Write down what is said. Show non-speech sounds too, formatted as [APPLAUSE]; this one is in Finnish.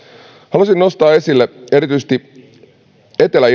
haluaisin nostaa esille erityisesti etelä [UNINTELLIGIBLE]